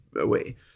away